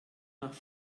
nach